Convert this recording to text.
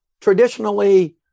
Traditionally